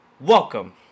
welcome